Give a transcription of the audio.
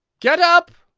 get up!